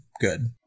good